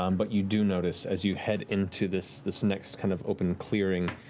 um but you do notice, as you head into this this next kind of open clearing,